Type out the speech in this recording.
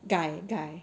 guy guy